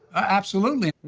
absolutely.